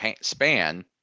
span